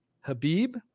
Habib